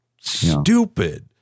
stupid